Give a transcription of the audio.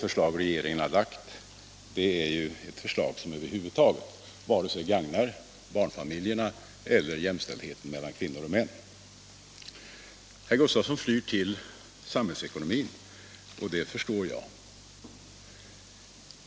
Regeringens förslag däremot gagnar över huvud taget varken barnfamiljerna eller jämställd Herr Gustavsson flyr till samhällsekonomin, och det förstår jag.